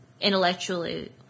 intellectually